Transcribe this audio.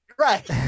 Right